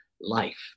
life